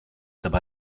dabei